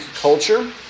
culture